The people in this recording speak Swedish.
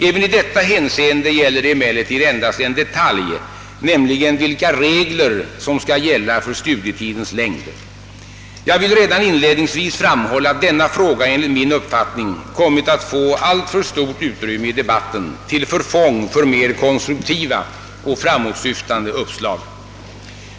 Även i detta hänseende är det emellertid endast fråga om en detalj, nämligen vilka regler som skall gälla för studietidens längd. Jag vill redan inledningsvis framhålla att denna fråga enligt min uppfattning kommit att få alltför stort utrymme i debatten till förfång för mera konstruktiva och framåtsyftande uppslag.